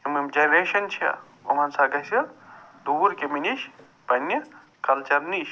یِم یِم جنریشن چھِ یِم ہَسا گَژھِ دوٗر کَمہِ نِش پنٛنہِ کلچر نِش